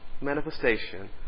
manifestation